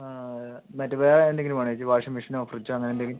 മറ്റ് വേറെ എന്തെങ്കിലും വേണോ ഏച്ചി വാഷിംഗ് മെഷീനോ ഫ്രിഡ്ജോ അങ്ങനെ എന്തെങ്കിലും